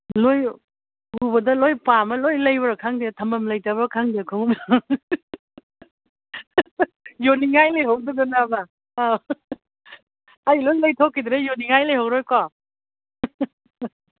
ꯂꯣꯏ ꯎꯕꯗ ꯂꯣꯏ ꯄꯥꯝꯃ ꯂꯣꯏ ꯂꯩꯕ꯭ꯔ ꯈꯪꯗꯦ ꯊꯝꯐꯝ ꯂꯩꯇꯕ꯭ꯔ ꯈꯪꯗꯦ ꯈꯣꯡꯎꯞ ꯌꯣꯟꯅꯤꯡꯉꯥꯏ ꯂꯩꯍꯧꯗꯗꯅꯕ ꯑꯣ ꯑꯩ ꯂꯣꯏ ꯂꯩꯊꯣꯛꯈꯤꯗꯅ ꯌꯣꯟꯅꯤꯡꯉꯥꯏ ꯂꯩꯍꯧꯔꯣꯏꯀꯣ